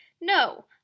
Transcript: No